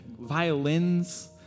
violins